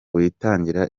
witangira